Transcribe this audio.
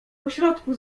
pośrodku